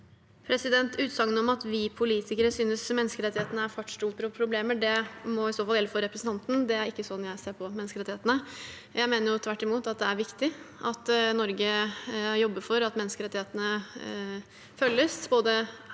Utsagn om at vi politikere synes menneskerettighetene er fartsdumper og problemer, må i så fall gjelde for representanten. Det er ikke sånn jeg ser på menneskerettighetene. Jeg mener tvert imot at det er viktig at Norge jobber for at menneskerettighetene følges, både her